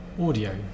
audio